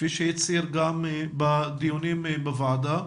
כפי שהצהיר גם בדיונים בוועדה,